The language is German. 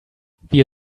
wir